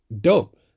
dope